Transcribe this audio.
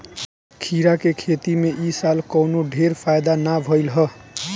खीरा के खेती में इ साल कवनो ढेर फायदा नाइ भइल हअ